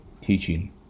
teaching